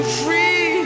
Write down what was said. free